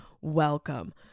welcome